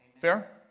Fair